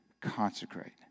consecrate